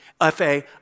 F-A